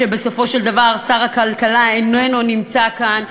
ששר הכלכלה איננו נמצא כאן,